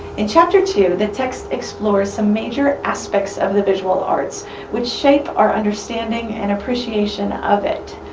in chapter two, the text explores some major aspects of the visual arts which shape our understanding and appreciation of it.